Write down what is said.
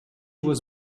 was